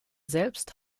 selbst